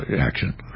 action